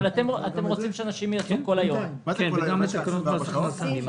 אבל אתם רוצים שאנשים יוכלו לעשות בדיקות במשך כל היום,